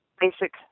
basic